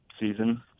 season